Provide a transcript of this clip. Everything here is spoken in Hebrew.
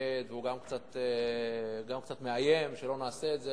מתנגד והוא גם קצת מאיים שלא נעשה את זה,